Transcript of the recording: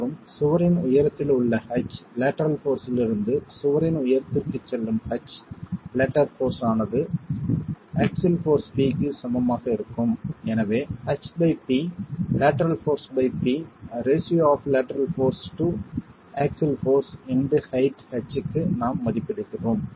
மற்றும் சுவரின் உயரத்தில் உள்ள h லேட்டரல் போர்ஸ்ஸிலிருந்து சுவரின் உயரத்திற்குச் செல்லும் h லேட்டரல் போர்ஸ் ஆனது ஆக்ஸில் போர்ஸ் P க்கு சமமாக இருக்கும் எனவே H by P lateral force by P ratio of lateral force to axle force into height h க்கு நாம் மதிப்பிடுகிறோம்